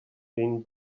been